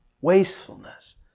wastefulness